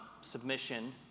submission